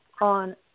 on